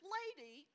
lady